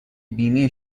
بیمه